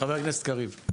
חבר הכנסת, קריב.